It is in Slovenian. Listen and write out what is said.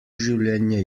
življenje